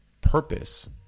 Purpose